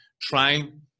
trying